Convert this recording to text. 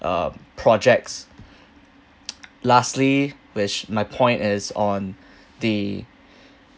um projects lastly which my point is on the